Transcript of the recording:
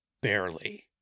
Barely